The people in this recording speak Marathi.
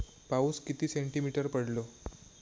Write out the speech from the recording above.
पाऊस किती सेंटीमीटर पडलो?